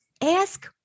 ask